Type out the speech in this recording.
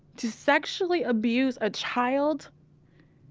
to sexually abuse a child